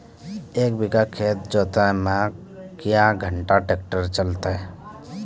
एक बीघा खेत जोतना क्या घंटा ट्रैक्टर चलते?